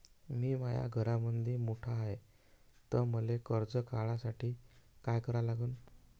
मी माया घरामंदी मोठा हाय त मले कर्ज काढासाठी काय करा लागन?